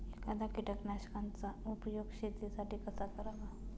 एखाद्या कीटकनाशकांचा उपयोग शेतीसाठी कसा करावा?